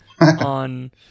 on